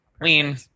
Queen